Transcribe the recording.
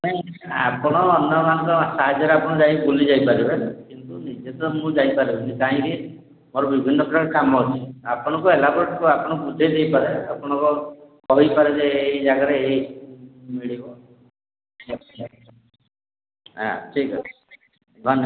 ନାଇଁ ଆପଣ ଅନ୍ୟମାନଙ୍କ ସାହାଯ୍ୟରେ ଆପଣ ଯାଇ ବୁଲି ଯାଇପାରିବେ କିନ୍ତୁ ନିଜେ ତ ମୁଁ ଯାଇପାରିବିନି କାହିଁକି ମୋର ବିଭିନ୍ନ ପ୍ରକାର କାମ ଅଛି ଆପଣଙ୍କୁ ଏଲାବୋରେଟ୍ ଆପଣ ବୁଝେଇ ଦେଇପାରେିବ ଆପଣଙ୍କ କହିପାରେ ଯେ ଏଇ ଜାଗାରେ ଏଇ ମିଳିବ ହଁ ଠିକ୍ ଅଛି ଧନ୍ୟବାଦ୍